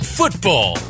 football